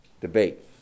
debate